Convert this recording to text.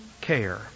care